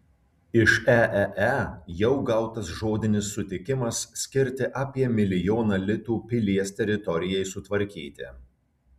iš eee jau gautas žodinis sutikimas skirti apie milijoną litų pilies teritorijai sutvarkyti